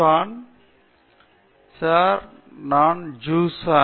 Zeeshan sir என் பெயர் ஜீஷான்